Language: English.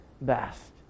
best